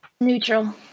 Neutral